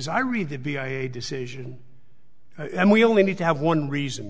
as i read the b i a decision and we only need to have one reason